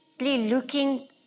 looking